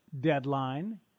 deadline